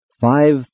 five